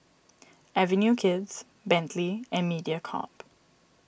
Avenue Kids Bentley and Mediacorp